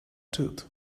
tooth